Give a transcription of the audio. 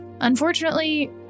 Unfortunately